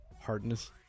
hardness